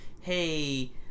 Hey